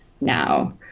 now